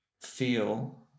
feel